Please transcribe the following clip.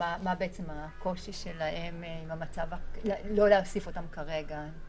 מה הקושי שלהם לא להוסיף אותם כרגע.